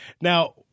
Now